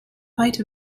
height